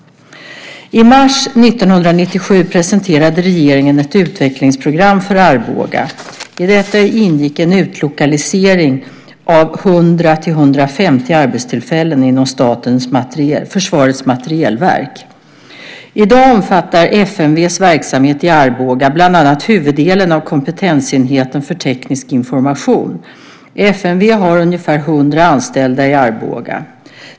I mars 1997 presenterade regeringen ett utvecklingsprogram för Arboga. I detta ingick en utlokalisering av 100-150 arbetstillfällen inom Försvarets materielverk, FMV. I dag omfattar FMV:s verksamhet i Arboga bland annat huvuddelen av kompetensenheten för teknisk information. FMV har ungefär 100 anställda i Arboga.